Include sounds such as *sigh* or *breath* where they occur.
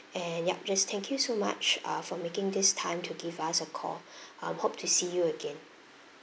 and yup just thank you so much uh for making this time to give us a call *breath* um hope to see you again